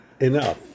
enough